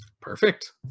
perfect